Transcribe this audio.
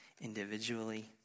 individually